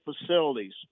facilities